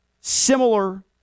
similar